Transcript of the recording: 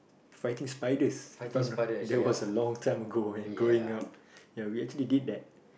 fighting spiders that was a long time ago when growing up ya we actually did that